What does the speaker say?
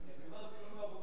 אני רק אמרתי לא מהרומאים,